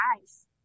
eyes